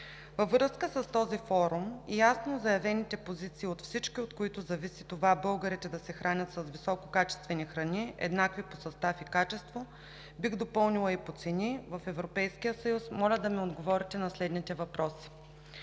Във връзка с този форум и ясно заявените позиции от всички, от които зависи това българите да се хранят с висококачествени храни, еднакви по състав и качество, бих допълнила и по цени в Европейския съюз, моля да ми отговорите на следните въпроси: